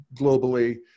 globally